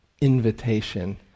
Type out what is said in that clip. invitation